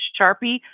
Sharpie